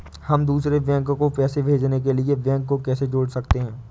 हम दूसरे बैंक को पैसे भेजने के लिए बैंक को कैसे जोड़ सकते हैं?